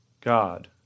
God